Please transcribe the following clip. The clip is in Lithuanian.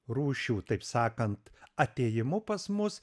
rūšių taip sakant atėjimu pas mus